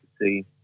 see